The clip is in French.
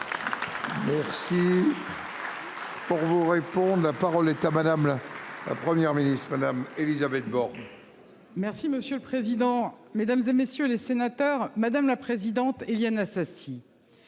Pour vous répondre. La parole est à madame la. La Première ministre Madame Élisabeth Borne. Merci monsieur le président, Mesdames, et messieurs les sénateurs, madame la présidente, Éliane Assassi.